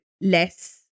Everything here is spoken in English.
less